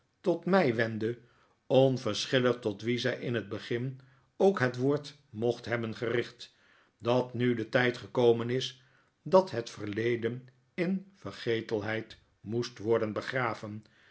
tot mij wendde onverschillig tot wien zij in het begin ook het woord mocht hebben gericht dat nu de tijd gekomen is dat het verleden in vergetelheid moest worden begraven